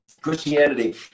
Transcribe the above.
Christianity